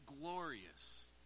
glorious